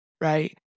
right